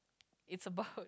it's about